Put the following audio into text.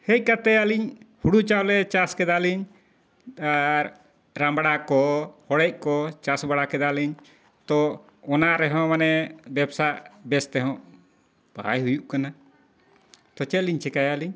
ᱦᱮᱡ ᱠᱟᱛᱮᱫ ᱟᱹᱞᱤᱧ ᱦᱩᱲᱩ ᱪᱟᱣᱞᱮ ᱪᱟᱥ ᱠᱮᱫᱟᱞᱤᱧ ᱟᱨ ᱨᱟᱢᱲᱟ ᱠᱚ ᱦᱚᱲᱮᱡ ᱠᱚ ᱪᱟᱥ ᱵᱟᱲᱟ ᱠᱮᱫᱟᱞᱤᱧ ᱛᱚ ᱚᱱᱟ ᱨᱮᱦᱚᱸ ᱢᱟᱱᱮ ᱵᱮᱵᱽᱥᱟ ᱵᱮᱥ ᱛᱮᱦᱚᱸ ᱵᱟᱭ ᱦᱩᱭᱩᱜ ᱠᱟᱱᱟ ᱛᱚ ᱪᱮᱫᱞᱤᱧ ᱪᱤᱠᱟᱹᱭᱟ ᱞᱤᱧ